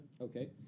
Okay